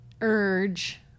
urge